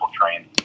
train